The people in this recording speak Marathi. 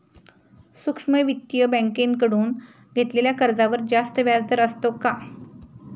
सूक्ष्म वित्तीय बँकेकडून घेतलेल्या कर्जावर जास्त व्याजदर असतो का?